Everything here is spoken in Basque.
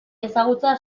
ezagutza